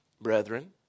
brethren